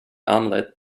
omelette